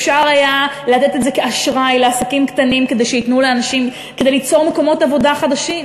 אפשר היה לתת את זה כאשראי לעסקים קטנים כדי ליצור מקומות עבודה חדשים.